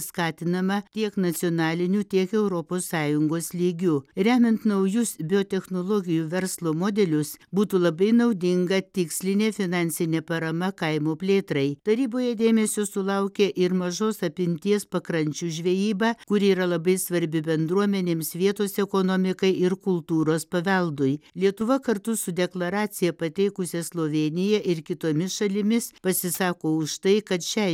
skatinama tiek nacionaliniu tiek europos sąjungos lygiu remiant naujus biotechnologijų verslo modelius būtų labai naudinga tikslinė finansinė parama kaimo plėtrai taryboje dėmesio sulaukė ir mažos apimties pakrančių žvejyba kuri yra labai svarbi bendruomenėms vietos ekonomikai ir kultūros paveldui lietuva kartu su deklaraciją pateikusia slovėnija ir kitomis šalimis pasisako už tai kad šiai